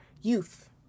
youth